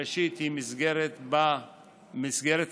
בראשית היא מסגרת קצה,